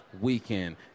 weekend